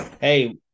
Hey